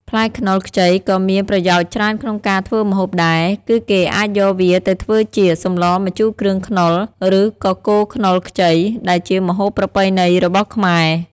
ផ្លែខ្នុរខ្ចីក៏មានប្រយោជន៍ច្រើនក្នុងការធ្វើម្ហូបដែរ គឺគេអាចយកវាទៅធ្វើជា សម្លម្ជូរគ្រឿងខ្នុរ ឬ កកូរខ្នុរខ្ចី ដែលជាម្ហូបប្រពៃណីរបស់ខ្មែរ។